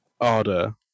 Arda